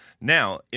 Now